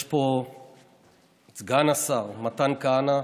יש פה סגן השר מתן כהנא,